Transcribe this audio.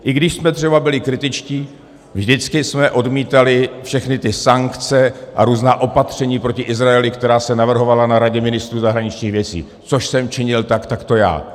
I když jsme třeba byli kritičtí, vždycky jsme odmítali všechny ty sankce a různá opatření proti Izraeli, která se navrhovala na Radě ministrů zahraničních věcí, což jsem činil takto já.